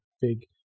big